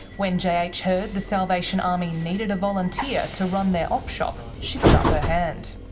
when jh ah ah jh heard the salvation army needed a volunteer to run their op shop, she put up her hand.